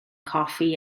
coffi